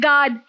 God